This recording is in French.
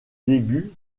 début